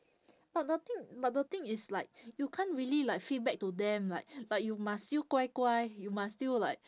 but the thing but the thing it's like you can't really like feedback to them like like you must still 乖乖 you must still like